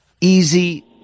easy